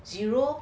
zero